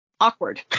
awkward